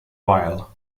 while